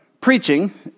preaching